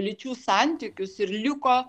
lyčių santykius ir liko